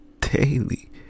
Daily